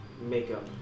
makeup